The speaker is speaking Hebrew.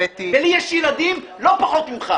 ולי יש ילדים לא פחות ממך.